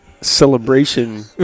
celebration